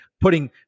putting